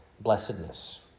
blessedness